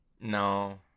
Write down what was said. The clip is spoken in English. no